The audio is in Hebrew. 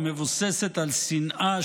המבוססת על שנאה,